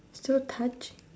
so touching